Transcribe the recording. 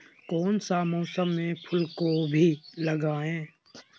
कौन सा मौसम में फूलगोभी लगाए?